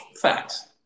Facts